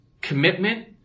commitment